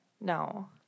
No